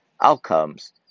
outcomes